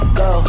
go